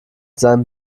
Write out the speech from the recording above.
seinem